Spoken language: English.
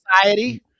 society